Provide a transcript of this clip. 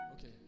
Okay